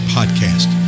Podcast